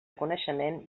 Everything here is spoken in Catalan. coneixement